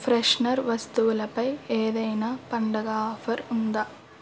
freshener వస్తువులుపై ఏదైనా పండుగ ఆఫర్ ఉందా